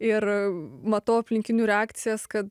ir matau aplinkinių reakcijas kad